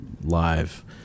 live